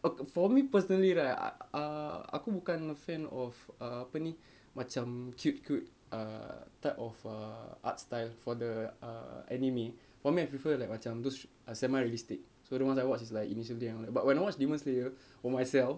oka~ for me personally right ah uh aku bukan a fan of apa ni macam cute cute uh type of err art style for the err anime for me I prefer like macam thos~ semi realistic so the ones I watch is like initial D but when I watch demon slayer on myself